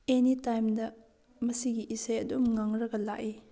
ꯑꯦꯅꯤ ꯇꯥꯏꯝꯗ ꯃꯁꯤꯒꯤ ꯏꯁꯩ ꯑꯗꯨꯝ ꯉꯪꯂꯒ ꯂꯥꯛꯏ